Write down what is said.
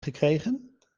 gekregen